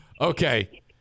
Okay